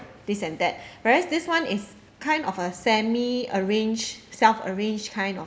this and that whereas this one is kind of a semi arrange self arrange kind of